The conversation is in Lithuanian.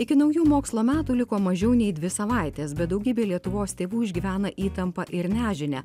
iki naujų mokslo metų liko mažiau nei dvi savaitės bet daugybė lietuvos tėvų išgyvena įtampą ir nežinia